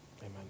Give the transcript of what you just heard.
amen